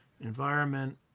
environment